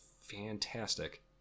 fantastic